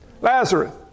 Lazarus